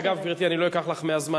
אגב, גברתי, אני לא אקח לך מהזמן.